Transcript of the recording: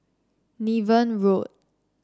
Niven Road